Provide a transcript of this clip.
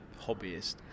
hobbyist